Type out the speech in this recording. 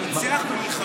הוא ניצח במלחמות.